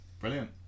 Brilliant